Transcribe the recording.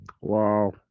Wow